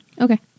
okay